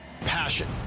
Passion